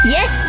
Yes